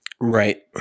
Right